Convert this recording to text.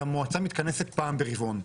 והמועצה מתכנסת פעם ברבעון.